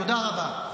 תודה רבה.